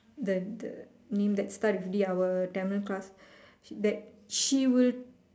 the the name that starts with D our Tamil class that she will